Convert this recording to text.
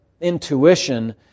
intuition